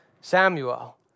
Samuel